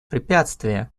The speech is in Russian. препятствия